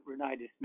rhinitis